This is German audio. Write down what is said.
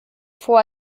vor